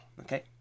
Okay